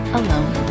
alone